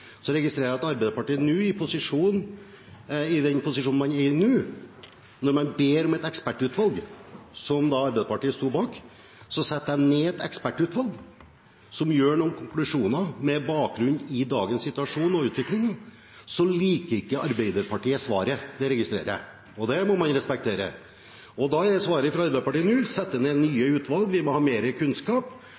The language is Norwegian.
Så setter jeg ned et ekspertutvalg som kommer til noen konklusjoner med bakgrunn i dagens situasjon og utvikling, og jeg registrerer at Arbeiderpartiet, i den posisjonen man er nå, når man ber om et ekspertutvalg – som da Arbeiderpartiet sto bak – ikke liker svaret. Det registrerer jeg, og det må man respektere. Da er svaret fra Arbeiderpartiet nå å sette ned nye utvalg, vi må ha mer kunnskap.